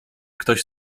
ktoś